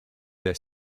their